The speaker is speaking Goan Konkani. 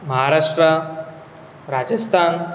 महाराष्ट्रा राजस्थान